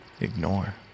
Ignore